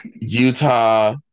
Utah